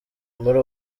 muri